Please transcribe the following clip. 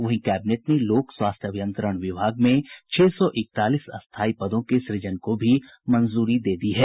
वहीं कैबिनेट ने लोक स्वास्थ्य अभियंत्रण विभाग में छह सौ इकतालीस स्थायी पदों के सुजन को भी मंजूरी दी है